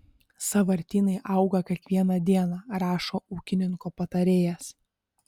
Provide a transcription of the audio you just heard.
sąvartynai auga kiekvieną dieną rašo ūkininko patarėjas